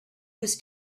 was